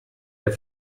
der